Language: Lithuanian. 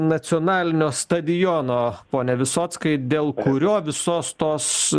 nacionalinio stadiono pone visockai dėl kurio visos tos